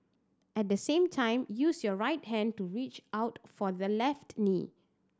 at the same time use your right hand to reach out for the left knee